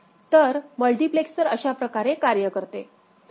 तर मल्टिप्लेसर अशा प्रकारे कार्य करते